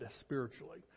spiritually